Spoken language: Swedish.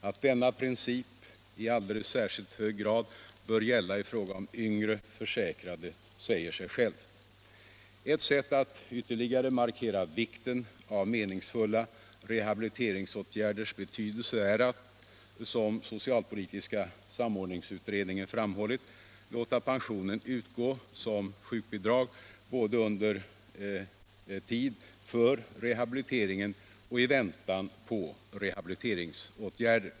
Att denna princip i alldeles särskilt hög grad bör gälla i fråga om yngre försäkrade säger sig självt. Ett sätt att ytterligare markera vikten av meningsfulla rehabiliteringsåtgärder är att, som socialpolitiska samordningsutredningen framhållit, låta pensionen utgå som sjukbidrag både under rehabiliteringen och i väntan på rehabiliteringsåtgärder.